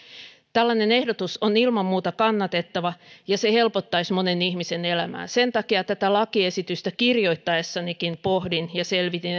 tällainen ehdotus on ilman muuta kannatettava ja se helpottaisi monen ihmisen elämää sen takia tätä lakiesitystä kirjoittaessanikin pohdin ja selvitin